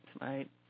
right